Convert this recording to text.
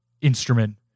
instrument